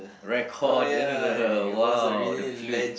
recorder no no no no !wow! the flute